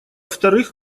вторых